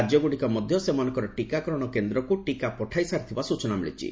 ରାଜ୍ୟଗୁଡ଼ିକ ମଧ୍ୟ ସେମାନଙ୍କ ଟିକାକରଣ କେନ୍ଦ୍ରକୁ ଟିକା ପଠାଇସାରିଥିବା ସୂଚନା ମିଳିଛି